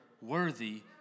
worthy